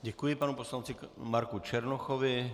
Děkuji panu poslanci Marku Černochovi.